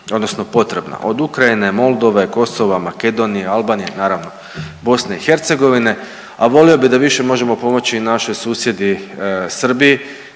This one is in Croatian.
odnosno potrebna od Ukrajine, Moldove, Kosova, Makedonije, Albanije naravno Bosne i Hercegovine, a volio bih da više možemo pomoći i našoj susjedi Srbiji.